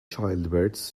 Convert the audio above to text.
childbirths